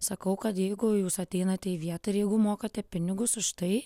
sakau kad jeigu jūs ateinate į vietą ir jeigu mokate pinigus už tai